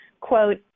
quote